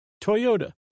Toyota